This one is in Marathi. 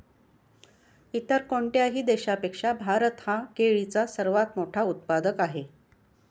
इतर कोणत्याही देशापेक्षा भारत हा केळीचा सर्वात मोठा उत्पादक आहे